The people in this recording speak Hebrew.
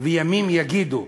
וימים יגידו.